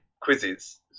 quizzes